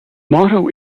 motto